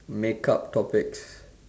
make up topics